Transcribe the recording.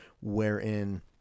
wherein